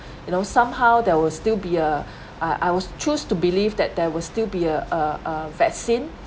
you know somehow there will still be a I was choose to believe that there will still be a a vaccine